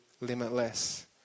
limitless